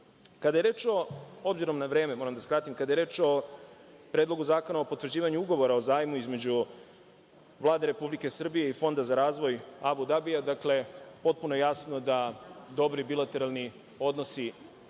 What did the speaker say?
je reč o, obzirom na vreme moram da skrati, o Predlogu zakona o potvrđivanju Ugovora o zajmu između Vlade Republike Srbije i Fonda za razvoj Abu Dabija, dakle, potpuno je jasno da dobri bilateralni odnosi